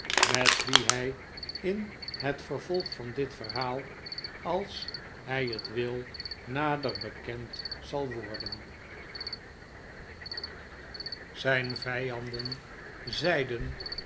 met wie hij in het vervolg van dit verhaal als hij het wil nader bekend zal worden